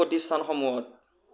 প্ৰতিষ্ঠানসমূহত